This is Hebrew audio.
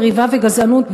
מריבה וגזענות,